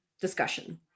discussion